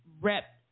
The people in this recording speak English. rep